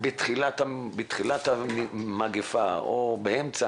בתחילת המגפה או באמצע.